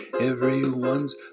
everyone's